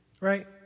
Right